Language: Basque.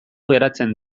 geratzen